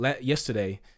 yesterday